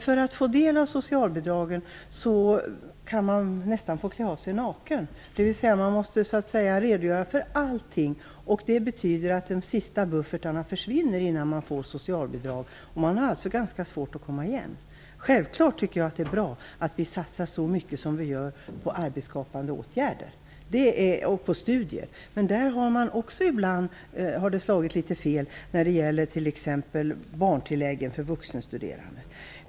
För att få del av socialbidragen måste man nästan klä av sig naken. Man måste redogöra för allt. De sista buffertarna försvinner innan man får socialbidrag och man har svårt att komma igen. Jag tycker självklart att det är bra att vi satsar så mycket som vi gör på arbetsskapande åtgärder och studier. Men det har också ibland slagit fel, som t.ex. när det gäller barntilläggen för vuxenstuderande.